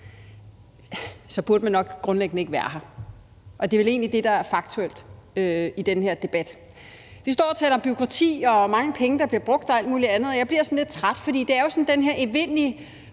burde man grundlæggende nok ikke være her. Det er vel egentlig det, der er faktuelt i den her debat. Vi står og taler om bureaukrati og om, hvor mange penge der bliver brugt og alt muligt andet, og jeg bliver sådan lidt træt, for det er jo sådan den her evindelige